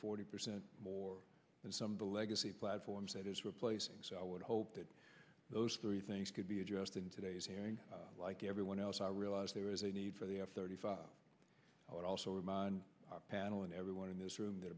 forty percent more than some of the legacy platforms that is replacing so i would hope that those three things could be addressed in today's hearing like everyone else i realize there is a need for the f thirty five i would also remind our panel and everyone in this room that